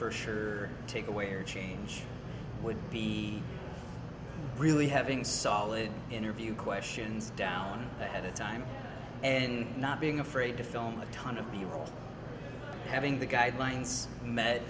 for sure take away or change would be really having solid interview questions down at the time and not being afraid to film a ton of people having the guidelines met